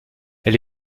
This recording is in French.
elle